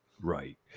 Right